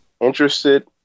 interested